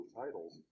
titles